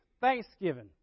Thanksgiving